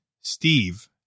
Steve